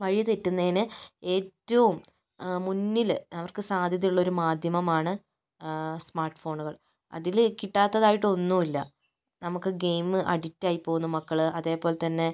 വഴി തെറ്റുന്നതിന് ഏറ്റവും മുന്നില് അവർക്ക് സാധ്യത ഉള്ളൊരു മാധ്യമമാണ് സ്മാർട്ട് ഫോണുകൾ അതില് കിട്ടാത്തത് ആയിട്ട് ഒന്നുമില്ല നമുക്ക് ഗെയിം അഡിക്ട് ആയി പോകുന്ന മക്കള് അതേപോലെത്തന്നെ